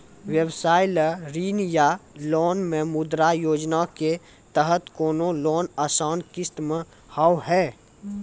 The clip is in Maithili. व्यवसाय ला ऋण या लोन मे मुद्रा योजना के तहत कोनो लोन आसान किस्त मे हाव हाय?